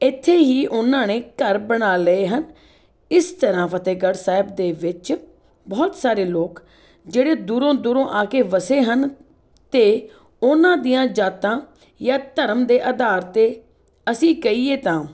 ਇੱਥੇ ਹੀ ਉਹਨਾਂ ਨੇ ਘਰ ਬਣਾ ਲਏ ਹਨ ਇਸ ਤਰ੍ਹਾਂ ਫਤਿਹਗੜ੍ਹ ਸਾਹਿਬ ਦੇ ਵਿੱਚ ਬਹੁਤ ਸਾਰੇ ਲੋਕ ਜਿਹੜੇ ਦੂਰੋਂ ਦੂਰੋਂ ਆ ਕੇ ਵਸੇ ਹਨ ਅਤੇ ਉਹਨਾਂ ਦੀਆਂ ਜਾਤਾ ਜਾਂ ਧਰਮ ਦੇ ਆਧਾਰ 'ਤੇ ਅਸੀਂ ਕਹੀਏ ਤਾਂ